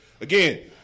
Again